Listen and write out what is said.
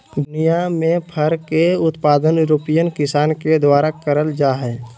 दुनियां में फर के उत्पादन यूरोपियन किसान के द्वारा करल जा हई